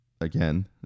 again